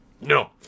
No